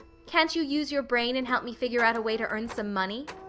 can't you use your brain and help me figure out a way to earn some money?